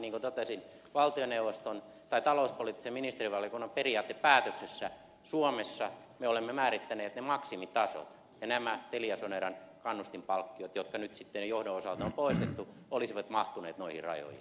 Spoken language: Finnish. niin kuin totesin talouspoliittisen ministerivaliokunnan periaatepäätöksessä suomessa me olemme määrittäneet maksimitasot ja nämä teliasoneran kannustinpalkkiot jotka nyt sitten johdon osalta on poistettu olisivat mahtuneet noihin rajoihin